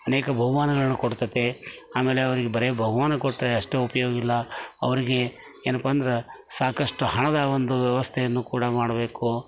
ಅನೇಕ ಬಹುಮಾನಗಳನ್ನು ಕೊಡ್ತದೆ ಆಮೇಲೆ ಅವರಿಗೆ ಬರೀ ಬಹುಮಾನ ಕೊಟ್ಟರೆ ಅಷ್ಟು ಉಪಯೋಗ ಇಲ್ಲ ಅವರಿಗೆ ಏನಪ್ಪ ಅಂದ್ರೆ ಸಾಕಷ್ಟು ಹಣದ ಒಂದು ವ್ಯವಸ್ಥೆಯನ್ನು ಕೂಡ ಮಾಡಬೇಕು